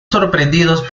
sorprendidos